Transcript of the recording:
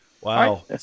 Wow